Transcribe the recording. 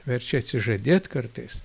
verčia atsižadėt kartais